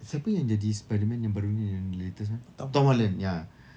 siapa yang jadi spiderman yang barunya yang the latest one tom holland ya